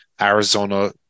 Arizona